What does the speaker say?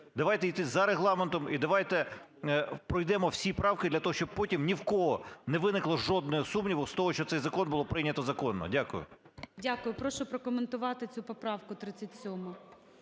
Давайте йти за Регламентом і давайте пройдемо всі правки для того, щоб потім ні в кого не виникло жодного сумніву з того, що цей закон було прийнято законно. Дякую. ГОЛОВУЮЧИЙ. Дякую. Прошу прокоментувати цю поправку 37-у.